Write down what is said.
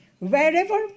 wherever